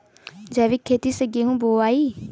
जैविक खेती से गेहूँ बोवाई